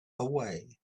away